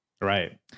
right